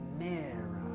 nearer